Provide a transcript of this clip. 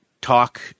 talk